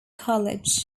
college